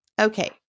Okay